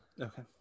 okay